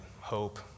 hope